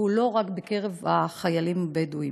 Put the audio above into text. והוא לא רק בקרב החיילים הבדואים.